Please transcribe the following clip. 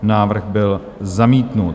Návrh byl zamítnut.